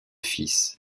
fils